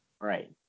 Right